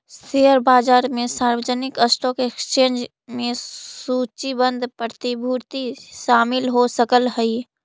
share बाजार में सार्वजनिक स्टॉक एक्सचेंज में सूचीबद्ध प्रतिभूति शामिल हो सकऽ हइ